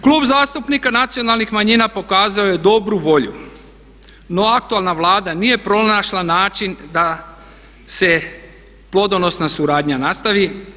Klub zastupnika Nacionalnih manjina pokazao je dobru volju, no aktualna Vlada nije pronašla način da se plodonosna suradnja nastavi.